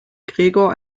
gregor